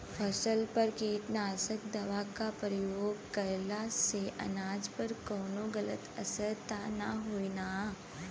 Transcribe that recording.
फसल पर कीटनाशक दवा क प्रयोग कइला से अनाज पर कवनो गलत असर त ना होई न?